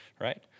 right